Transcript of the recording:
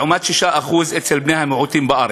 לעומת 6% אצל בני-המיעוטים בארץ.